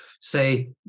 say